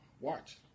watch